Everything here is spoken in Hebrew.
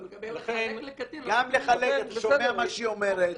אבל לחלק לקטין --- אתה שומע מה שהיא אומרת.